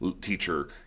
teacher